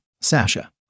Sasha